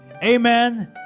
Amen